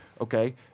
okay